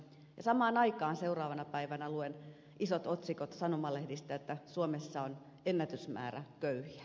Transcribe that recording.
samaan aikaan seuraavana päivänä luen isot otsikot sanomalehdistä että suomessa on ennätysmäärä köyhiä